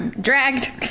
Dragged